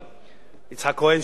שאני מעריך אותו ואת דעתו,